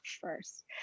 first